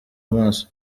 amaso